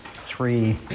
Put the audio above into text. three